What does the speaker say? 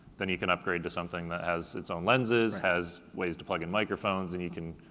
then you can upgrade to something that has its own lenses, has ways to plug in microphones, and you can